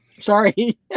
sorry